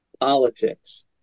politics